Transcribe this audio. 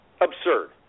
Absurd